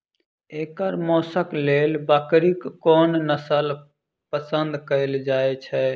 एकर मौशक लेल बकरीक कोन नसल पसंद कैल जाइ छै?